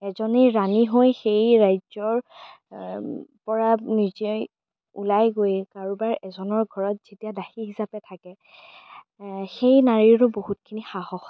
এজনী ৰাণী হৈ সেই ৰাজ্যৰ পৰা নিজে ওলাই গৈ কাৰোবাৰ এজনৰ ঘৰত যেতিয়া দাসী হিচাপে থাকে সেই নাৰীৰো বহুতখিনি সাহস